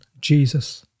Jesus